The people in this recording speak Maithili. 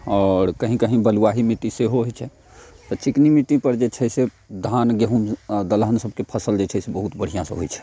आओर कहींँ कहींँ बलुआही मिट्टी सेहो होयत छै तऽ चिकनी मिट्टी पर जे छै से धान गेहूँ आ दलहन सबके फसल जे छै से बहुत बढ़िआँसँ होयट छै